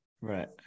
Right